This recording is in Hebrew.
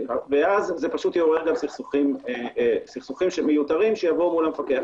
אז זה יעורר סכסוכים מיותרים שיבואו למפקח.